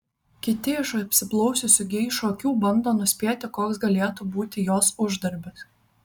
kiti iš apsiblaususių geišų akių bando nuspėti koks galėtų būti jos uždarbis